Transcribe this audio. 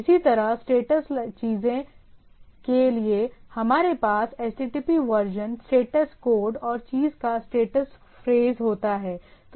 इसी तरह स्टेटस चीज़ के लिए हमारे पास HTTP वर्जन स्टेटस कोड और चीज़ का स्टेटस फ्रेज होता है